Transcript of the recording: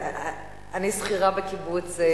אני שכירה בקיבוץ ליד.